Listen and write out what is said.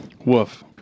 Woof